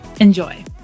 Enjoy